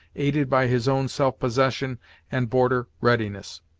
aided by his own self-possession and border readiness.